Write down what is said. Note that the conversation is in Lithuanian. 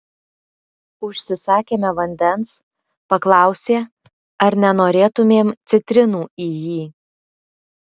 užsisakėme vandens paklausė ar nenorėtumėm citrinų į jį